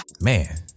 man